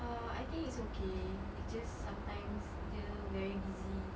uh I think it's okay it's just sometimes dia very busy